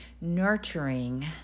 nurturing